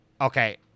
Okay